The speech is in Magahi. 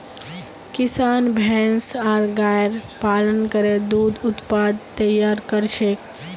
किसान भैंस आर गायर पालन करे दूध उत्पाद तैयार कर छेक